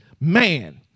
man